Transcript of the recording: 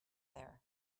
there